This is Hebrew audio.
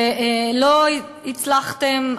ולא הצלחתם,